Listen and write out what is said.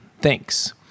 Thanks